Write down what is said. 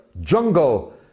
jungle